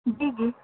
جی جی